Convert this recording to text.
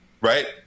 right